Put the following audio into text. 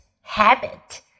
habit